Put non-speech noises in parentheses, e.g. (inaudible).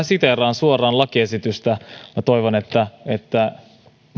(unintelligible) siteeraan suoraan lakiesitystä ja toivon että että